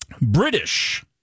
British